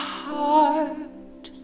heart